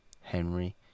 Henry